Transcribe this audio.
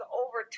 over